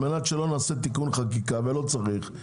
על מנת שלא נעשה תיקון חקיקה ולא צריך,